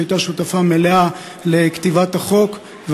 שהייתה שותפה מלאה לכתיבת החוק,